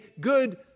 good